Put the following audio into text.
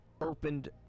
opened